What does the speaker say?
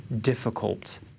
difficult